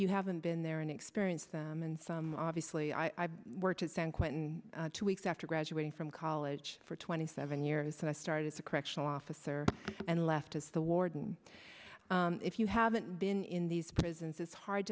you haven't been there and experienced them and some obviously i worked at san quentin two weeks after graduating from college for twenty seven years and i started to correctional officer and left as the warden if you haven't been in these prisons it's hard